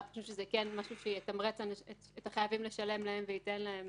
ואנחנו חושבים שזה כן משהו שיתמרץ את החייבים לשלם להם וייתן להם